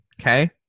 Okay